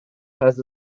has